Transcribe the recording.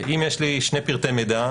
אם יש לי שני פרטי מידע,